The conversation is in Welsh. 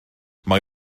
mae